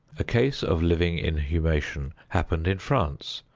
a case of living inhumation happened in france,